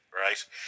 right